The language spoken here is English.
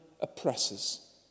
oppressors